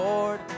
Lord